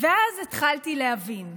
ואז התחלתי להבין.